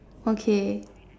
okay